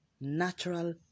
natural